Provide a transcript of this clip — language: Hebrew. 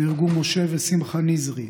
נהרגו משה ושמחה נזרי,